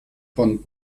von